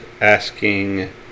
asking